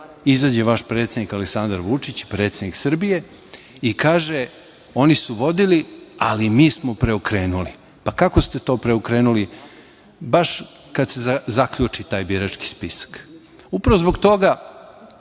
izađe vaš predsednik Aleksandar Vučić, predsednik Srbije i kaže – oni su vodili, ali mi smo preokrenuli. Kako ste to preokrenuli baš kad se zaključi taj birački spisak? Upravo zbog toga